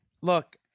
look